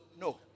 No